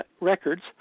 records